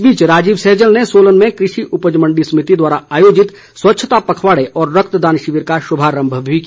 इस बीच राजीव सहजल ने सोलन में कृषि उपज मंडी समिति द्वारा आयोजित स्वच्छता पखवाड़े व रक्तदान शिविर का शुभारंभ भी किया